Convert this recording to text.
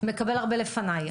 מקבל הרבה לפניי.